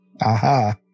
Aha